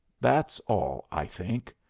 that's all, i think.